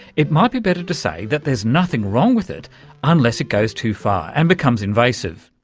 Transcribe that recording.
it might be better to say that there's nothing wrong with it unless it goes too far and becomes invasive.